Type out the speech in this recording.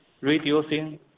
reducing